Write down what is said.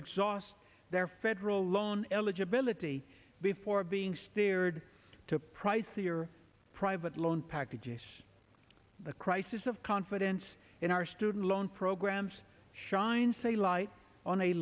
exhaust their federal loan eligibility before being steered to a pricey or private loan package ace the crisis of confidence in our student loan programs shines a light on a